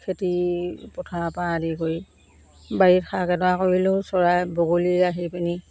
খেতি পথাৰৰপৰা আদি কৰি বাৰীত শাক এডৰা কৰিলেও চৰাই বগলী আহি পিনি